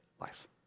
life